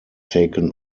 taken